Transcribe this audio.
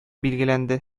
билгеләнде